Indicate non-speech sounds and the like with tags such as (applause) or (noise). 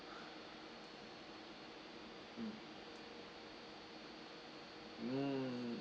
(breath) mm mm